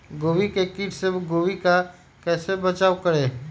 गोभी के किट से गोभी का कैसे बचाव करें?